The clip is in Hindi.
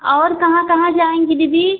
और कहाँ कहाँ जाएँगी दीदी